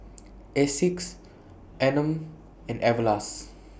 Asics Anmum and Everlast